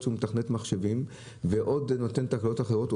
שהוא מתכנת מחשבים ונותן תקלות אחרות,